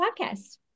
podcast